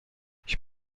ich